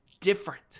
different